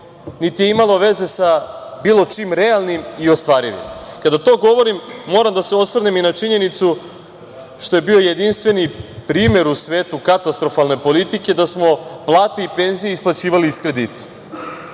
niti je imalo veze sa bilo čim realnim i ostvarivim. Kada to govorim moram da se osvrnem i na činjenicu što je bio jedinstveni primer u svetu katastrofalne politike, da smo plate i penzije isplaćivali iz kredita.